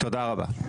תודה רבה.